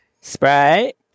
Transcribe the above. Sprite